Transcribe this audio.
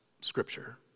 Scripture